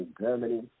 Germany